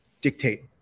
dictate